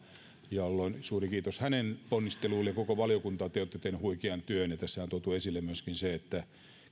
ja suuri kiitos hänen ponnisteluistaan koko valiokunta te olette tehneet huikean työn ja tässähän on tuotu esille myöskin se että